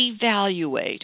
evaluate